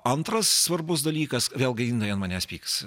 antras svarbus dalykas vėlgi jinai ant manęs pyks